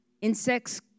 insects